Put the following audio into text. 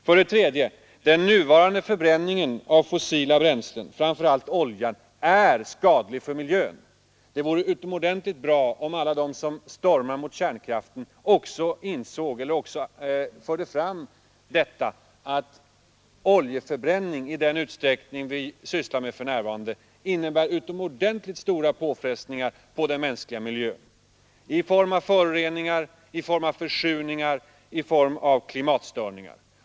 För det tredje är den nuvarande förbränningen av fossila bränslen, framför allt olja, skadlig för miljön. Det vore utomordentligt bra om alla de som stormar mot kärnkraften också insåg, att oljeförbränning i den utsträckning vi sysslar med för närvarande innebär stora påfrestningar på den mänskliga miljön i form av föroreningar, i form av försurningar och i form av klimatstörningar.